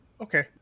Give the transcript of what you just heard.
Okay